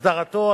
הסדרתו,